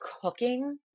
cooking